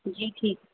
جی ٹھیک